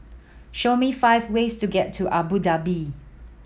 show me five ways to get to Abu Dhabi